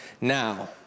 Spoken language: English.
Now